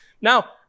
Now